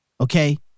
Okay